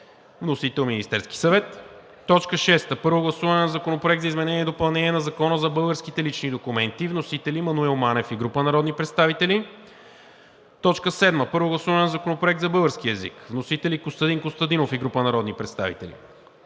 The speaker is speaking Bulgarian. Вносител: Министерският съвет на 31 март 2022 г. 6. Първо гласуване на Законопроекта за изменение и допълнение на Закона за българските лични документи. Вносители: Маноил Манев и група народни представители на 9 март 2022 г. 7. Първо гласуване на Законопроекта за българския език. Вносители: Костадин Костадинов и група народни представители